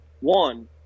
One